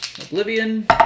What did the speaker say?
Oblivion